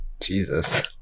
Jesus